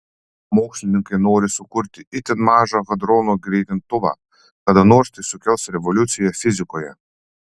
mokslininkai nori sukurti itin mažą hadronų greitintuvą kada nors tai sukels revoliuciją fizikoje